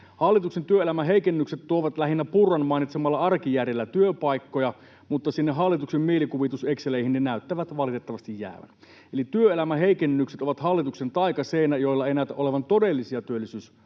Hallituksen työelämän heikennykset tuovat lähinnä Purran mainitsemalla arkijärjellä työpaikkoja, mutta sinne hallituksen mielikuvitus-exceleihin ne näyttävät valitettavasti jäävän. Eli työelämän heikennykset ovat hallituksen taikaseinä, eikä niillä näytä olevan todellisia työllisyysvaikutuksia.